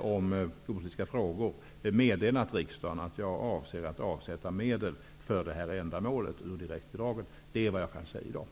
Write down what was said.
om jordbrukspolitiken meddelat riksdagen att jag avser att avsätta medel för detta ändamål ur direktbidragen. Det är vad jag kan säga i dag.